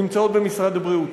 הנמצאות במשרד הבריאות.